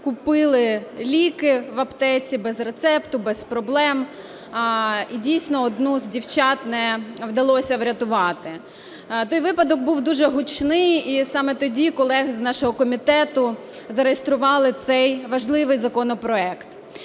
купили ліки в аптеці без рецепта без проблем. І дійсно одну з дівчат не вдалося врятувати. Той випадок був дуже гучний, і саме тоді колеги з нашого комітету зареєстрували цей важливий законопроект.